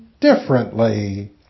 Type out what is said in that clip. differently